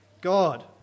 God